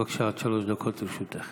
בבקשה, עד שלוש דקות לרשותך.